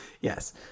Yes